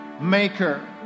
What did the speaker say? maker